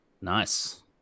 Nice